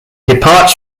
departs